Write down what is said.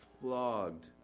flogged